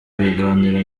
biganiro